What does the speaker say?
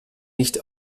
nicht